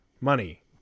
money